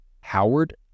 Howard